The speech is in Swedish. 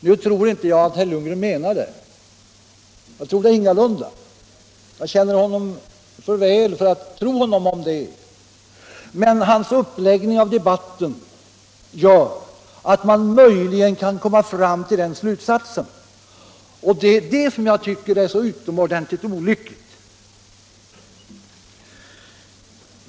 Nu tror jag inga lunda att herr Lundgren menar det — jag känner honom för väl för att tro honom om det — men hans uppläggning av debatten gör att man möjligen kan komma fram till den slutsatsen, och det är det som jag tycker är så utomordentligt olyckligt.